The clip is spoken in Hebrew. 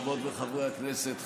חברות וחברי הכנסת,